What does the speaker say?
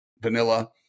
vanilla